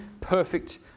perfect